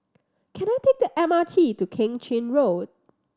can I take the M R T to Keng Chin Road